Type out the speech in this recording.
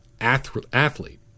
athlete